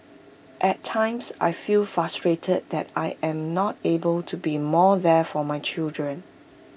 at times I feel frustrated that I am not able to be more there for my children